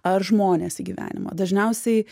ar žmonės į gyvenimą dažniausiai